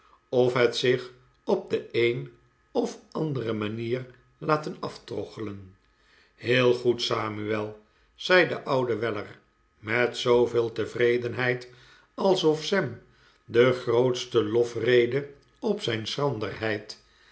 of het zich op de een of andere manier laten aftroggelen heel goed samuel zei de oude weller met zooveel tevredenheid alsof sam de grootste lofrede op zijn